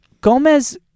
Gomez